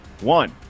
One